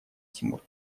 тимур